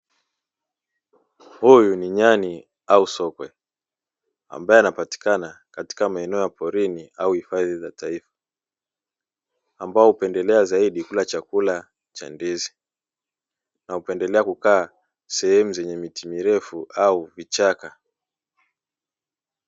Huyu ni nyani au sokwe ambaye anapatikana katika maeneo ya porini au hifadhi za taifa. ambao hupendelea zaidi kula chakula cha ndizi na hupendelea kukaa sehemu zenye miti mirefu au vichaka.